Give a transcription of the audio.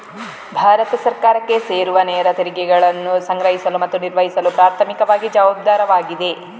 ಭಾರತ ಸರ್ಕಾರಕ್ಕೆ ಸೇರುವನೇರ ತೆರಿಗೆಗಳನ್ನು ಸಂಗ್ರಹಿಸಲು ಮತ್ತು ನಿರ್ವಹಿಸಲು ಪ್ರಾಥಮಿಕವಾಗಿ ಜವಾಬ್ದಾರವಾಗಿದೆ